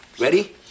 Ready